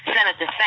Senator